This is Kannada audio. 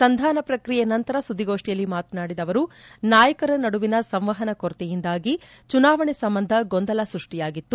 ಸಂಧಾನ ಪ್ರಕ್ರಿಯೆ ನಂತರ ಸುದ್ದಿಗೋಷ್ಠಿಯಲ್ಲಿ ಮಾತನಾಡಿದ ಅವರು ನಾಯಕರ ನಡುವಿನ ಸಂವಹನ ಕೊರತೆಯಿಂದಾಗಿ ಚುನಾವಣೆ ಸಂಬಂಧ ಗೊಂದಲ ಸೃಷ್ಠಿಯಾಗಿತ್ತು